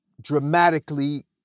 dramatically